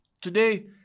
Today